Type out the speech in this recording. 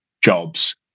jobs